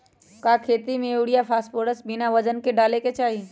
का खेती में यूरिया फास्फोरस बिना वजन के न डाले के चाहि?